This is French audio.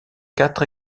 quatre